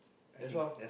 that's all